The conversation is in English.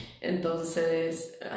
entonces